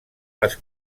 les